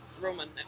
roman